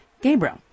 Gabriel